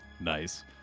Nice